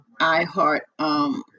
iHeart